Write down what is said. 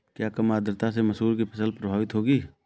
क्या कम आर्द्रता से मसूर की फसल प्रभावित होगी?